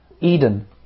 Eden